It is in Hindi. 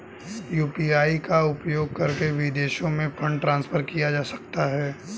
यू.पी.आई का उपयोग करके विदेशों में फंड ट्रांसफर किया जा सकता है?